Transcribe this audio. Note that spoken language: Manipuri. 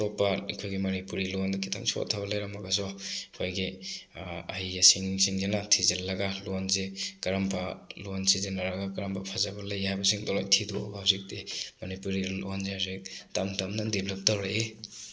ꯑꯇꯣꯞꯄ ꯑꯩꯈꯣꯏꯒꯤ ꯃꯅꯤꯄꯨꯔꯤ ꯂꯣꯟꯅ ꯈꯤꯇꯪ ꯁꯣꯠꯊꯕ ꯂꯩꯔꯝꯃꯒꯁꯨ ꯑꯩꯈꯣꯏꯒꯤ ꯑꯍꯩ ꯑꯁꯤꯡ ꯁꯤꯡꯁꯤꯅ ꯊꯤꯖꯤꯜꯂꯒ ꯂꯣꯟꯁꯦ ꯀꯔꯝꯕ ꯂꯣꯟ ꯁꯤꯖꯤꯟꯅꯔꯒ ꯀꯔꯝꯕ ꯐꯖꯕ ꯂꯩ ꯍꯥꯏꯕꯁꯤꯡꯗꯣ ꯂꯣꯏ ꯊꯤꯗꯣꯛꯑꯒ ꯍꯧꯖꯤꯛꯇꯤ ꯃꯅꯤꯄꯨꯔꯤ ꯂꯣꯟꯁꯦ ꯍꯧꯖꯤꯛ ꯇꯝ ꯇꯞꯅ ꯗꯤꯕꯂꯞ ꯇꯧꯔꯛꯏ